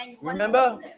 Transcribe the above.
Remember